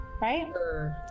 Right